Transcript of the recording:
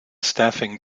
staffing